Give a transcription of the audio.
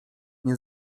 nie